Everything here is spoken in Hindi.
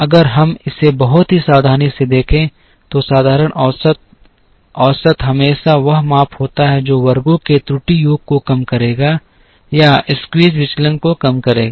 अगर हम इसे बहुत ही सावधानी से देखें तो साधारण औसत औसत हमेशा वह माप होता है जो वर्गों के त्रुटि योग को कम करेगा या स्क्वीज़ विचलन को कम करेगा